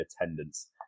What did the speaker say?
attendance